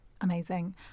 amazing